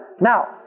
Now